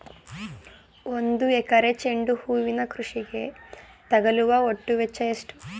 ಒಂದು ಎಕರೆ ಚೆಂಡು ಹೂವಿನ ಕೃಷಿಗೆ ತಗಲುವ ಒಟ್ಟು ವೆಚ್ಚ ಎಷ್ಟು?